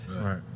right